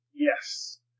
Yes